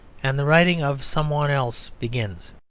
and the writing of some one else begins.